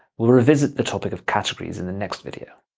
we'll revisit the topic of categories in the next video.